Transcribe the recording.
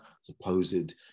supposed